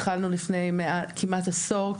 התחלנו לפני כמעט עשור,